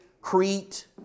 Crete